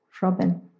Robin